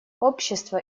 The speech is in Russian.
общество